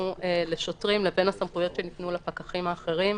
לשוטרים לבין הסמכויות שניתנו לפקחים האחרים.